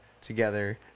together